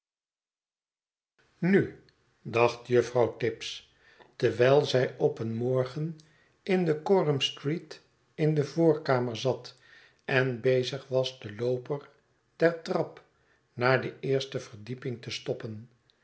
nil dacht juffrouw tibbs terwijl zij op een morgen in de coramstraat in de voorkamer zat en bezig was den looper der trap naar de eerste verdieping te stoppen